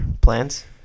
plans